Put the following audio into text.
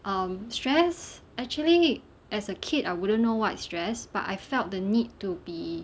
um stress actually as a kid I wouldn't know what is stress but I felt the need to be